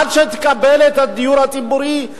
עד שתקבל את הדיור הציבורי,